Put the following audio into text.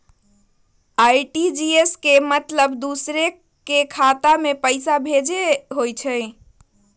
RTGS के मतलब दूसरे के खाता में पईसा भेजे होअ हई?